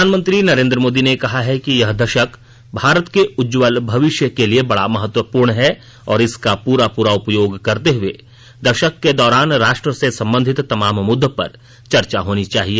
प्रधानमंत्री नरेन्द्र मोदी ने कहा है कि यह दशक भारत के उज्वल भविष्य के लिए बड़ा महत्वपूर्ण है और इसका पूरा पूरा उपयोग करते हुए दशक के दौरान राष्ट्र से संबंधित तमाम मुद्दों पर चर्चा होनी चाहिए